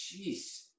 jeez